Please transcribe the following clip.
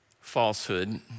falsehood